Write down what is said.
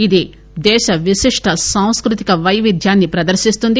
ఇది దేశ విశిష్ట సాంస్కృతి పైవిధ్యాన్ని ప్రదర్శిస్తుంది